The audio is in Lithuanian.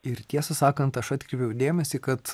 ir tiesą sakant aš atkreipiu dėmesį kad